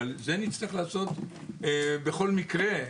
אבל את זה נצטרך לעשות בכל מקרה.